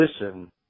listen